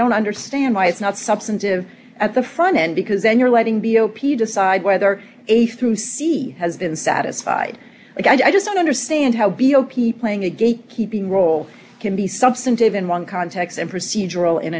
don't understand why it's not substantive at the front end because then you're letting b o p decide whether a through c has been satisfied i just don't understand how b o p playing a gate keeping role can be substantive in one context and procedural in